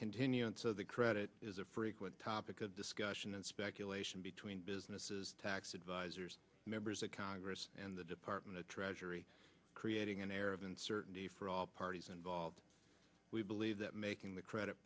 continuance of the credit is a frequent topic of discussion and speculation between businesses tax advisors members of congress and the department of treasury creating an air of uncertainty for all parties involved we believe that making the credit